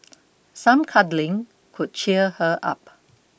some cuddling could cheer her up